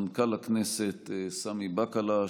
מנכ"ל הכנסת סמי בקלש,